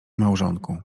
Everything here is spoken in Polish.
małżonku